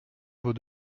vos